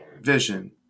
vision